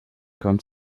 kommt